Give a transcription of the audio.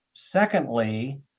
Secondly